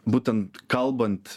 būtent kalbant